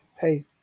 Hey